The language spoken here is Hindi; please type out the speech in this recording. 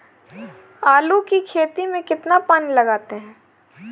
आलू की खेती में कितना पानी लगाते हैं?